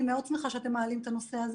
אני מאוד שמחה שאתם מעלים את הנושא,